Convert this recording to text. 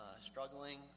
struggling